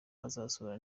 azasura